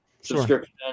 subscription